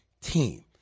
team